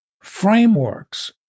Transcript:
frameworks